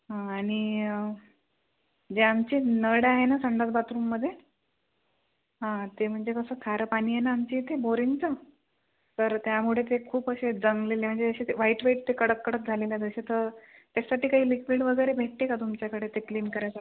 आणि जे आमचे नळ आहे ना संडास बाथरूममध्ये हा ते म्हणजे कसं खारं पाणी आहे ना आमच्या इथे बोरिंगचं तर त्यामुळे ते खूप अशे गंजलेले म्हणजे अशे ते व्हाईट व्हाईट ते कडक कडक झालेले तर त्यासाठी काही लिक्विड वगैरे भेटते का तुमच्याकडे ते क्लीन करायसाठी